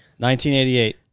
1988